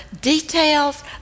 details